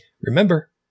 remember